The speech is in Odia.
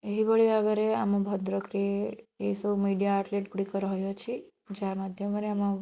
ଏହିଭଳି ଭାବରେ ଆମ ଭଦ୍ରକରେ ଏସବୁ ମିଡ଼ିଆ ଆଉଟଲେଟ୍ ଗୁଡ଼ିକ ରହିଅଛି ଯାହା ମାଧ୍ୟମରେ ଆମ